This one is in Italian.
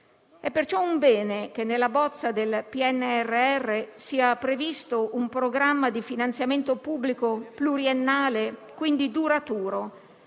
È perciò un bene che nella bozza del PNRR sia previsto un programma di finanziamento pubblico pluriennale, e quindi duraturo,